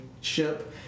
ship